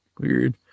Weird